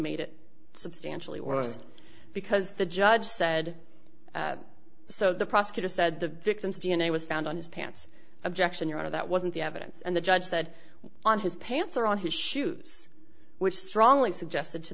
made it substantially worse because the judge said so the prosecutor said the victim's d n a was found on his pants objection your honor that wasn't the evidence and the judge said on his pants or on his shoes which strongly suggested to